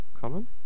common